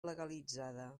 legalitzada